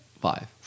Five